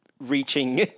reaching